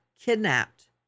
kidnapped